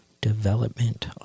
Development